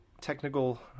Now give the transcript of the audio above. technical